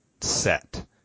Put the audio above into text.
set